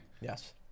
Yes